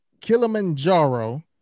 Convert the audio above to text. Kilimanjaro